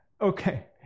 Okay